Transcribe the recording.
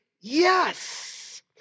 yes